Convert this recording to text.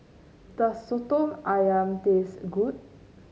does soto ayam taste good